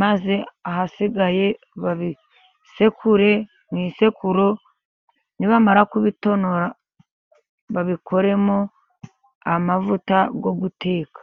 maze ahasigaye babisekure mu isekuru nibamara kubitonora babikoremo amavuta yo guteka.